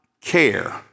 care